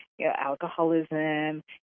alcoholism